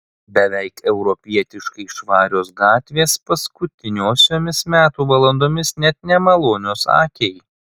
beveik europietiškai švarios gatvės paskutiniosiomis metų valandomis net nemalonios akiai